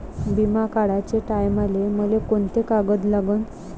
बिमा काढाचे टायमाले मले कोंते कागद लागन?